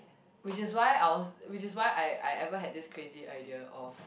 which is why I was which is why I I ever have this crazy idea of